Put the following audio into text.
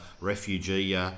refugee